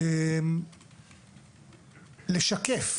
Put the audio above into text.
לשקף